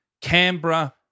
Canberra